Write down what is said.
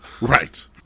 Right